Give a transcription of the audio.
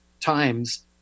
times